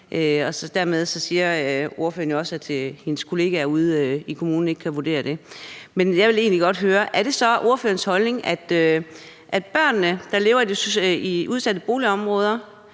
Dermed siger ordføreren jo også, at hendes kollegaer ude i kommunen ikke kan vurdere det. Men jeg vil egentlig godt høre: Er det så ordførerens holdning, at børn, der lever i udsatte boligområder,